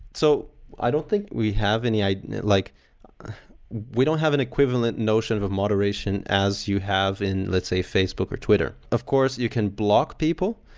so i don't think we have any like we don't have an equivalent notion of of moderation as you have in, let's say, facebook or twitter. of course, you can block people.